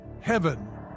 heaven